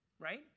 right